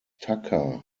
tucker